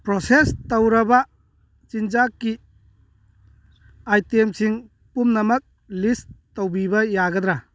process ꯇꯧꯔꯕ ꯆꯤꯟꯖꯥꯛꯀꯤ ꯑꯥꯏꯇꯦꯝꯁꯤꯡ ꯄꯨꯝꯅꯃꯛ ꯂꯤꯁ ꯇꯧꯕꯤꯕ ꯌꯥꯒꯗ꯭ꯔꯥ